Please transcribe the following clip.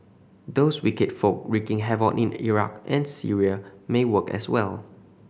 those wicked folk wreaking havoc in Iraq and Syria may work as well